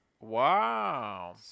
Wow